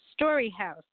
Storyhouse